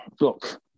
Look